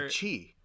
Chi